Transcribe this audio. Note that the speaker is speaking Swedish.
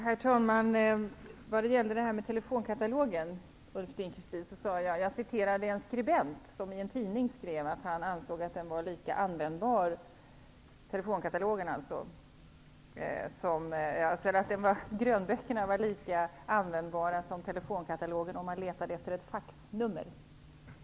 Herr talman! Vad gäller det här med telefonkatalogen sade jag, Ulf Dinkelspiel, att jag citerade en skribent som i en tidning skrev att han ansåg att grönböckerna var lika användbara som telefonkatalogen om man letade efter ett faxnummer.